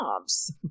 jobs